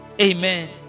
Amen